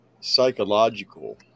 psychological